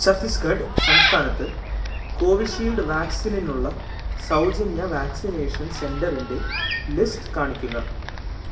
ഛത്തീസ്ഗഡ് സംസ്ഥാനത്ത് കോവിഷീൽഡ് വാക്സിനിനുള്ള സൗജന്യ വാക്സിനേഷൻ സെന്ററിന്റെ ലിസ്റ്റ് കാണിക്കുക